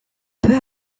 peu